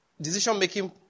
decision-making